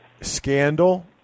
scandal